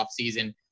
offseason